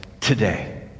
today